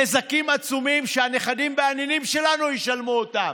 נזקים עצומים שהנכדים והנינים שלנו ישלמו אותם.